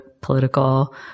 political